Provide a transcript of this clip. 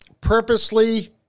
purposely